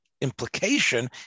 implication